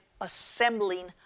assembling